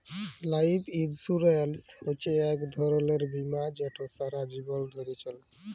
life insurance হছে ইক ধরলের বীমা যেট সারা জীবল ধ্যরে চলে